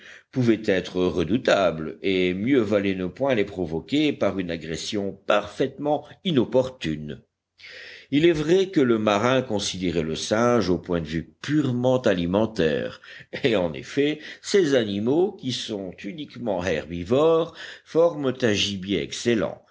pouvaient être redoutables et mieux valait ne point les provoquer par une agression parfaitement inopportune il est vrai que le marin considérait le singe au point de vue purement alimentaire et en effet ces animaux qui sont uniquement herbivores forment un gibier excellent